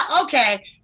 okay